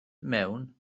mewn